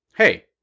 Hey